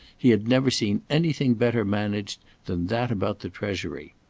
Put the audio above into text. he had never seen anything better managed than that about the treasury.